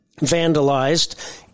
vandalized